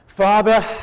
Father